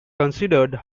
considered